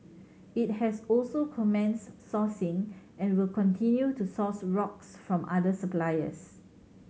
it has also commenced sourcing and will continue to source rocks from other suppliers